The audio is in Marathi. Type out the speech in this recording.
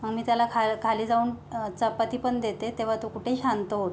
मग मी त्याला खायला खाली जाऊन चपाती पण देते तेव्हा तो कुठे शांत होतो